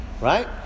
right